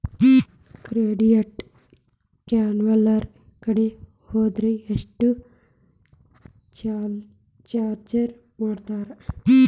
Credit counsellor ಕಡೆ ಹೊದ್ರ ಯೆಷ್ಟ್ ಚಾರ್ಜ್ ಮಾಡ್ತಾರ?